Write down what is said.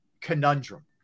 conundrum